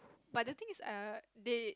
but the thing is err they